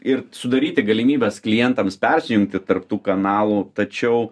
ir sudaryti galimybes klientams persijungti tarp tų kanalų tačiau